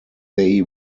they